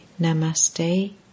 Namaste